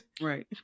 right